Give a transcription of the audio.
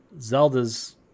Zelda's